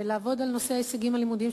לעבוד על נושא ההישגים הלימודיים,